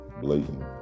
blatant